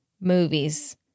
movies